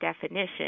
definition